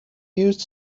used